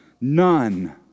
None